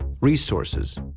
resources